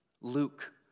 Luke